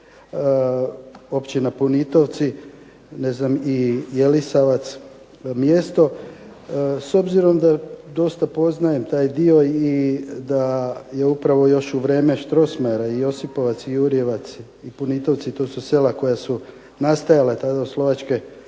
općina Punitovci i mjesto Jelisavac. S obzirom da dosta poznajem taj dio i da je upravo u vrijeme Strosmayera i Josipovac i Jurjevac i Punitovci koji su nastajali tada od Slovačke